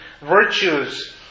virtues